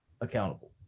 accountable